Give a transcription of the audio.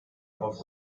auf